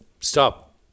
stop